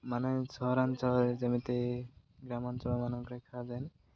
ମାନେ ସହରାଞ୍ଚଳରେ ଯେମିତି ଗ୍ରାମାଞ୍ଚଳମାନଙ୍କରେ ଖିଆ ଯାଏନି